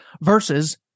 versus